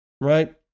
Right